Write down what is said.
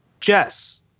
jess